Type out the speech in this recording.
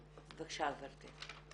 בבקשה, גברתי.